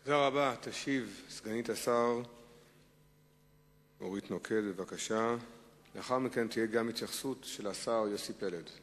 במטרה לשפר את רמת חייהם ולהגביר את השתלבותם הכלכלית והחברתית בישראל.